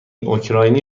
اوکراینی